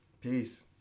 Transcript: Peace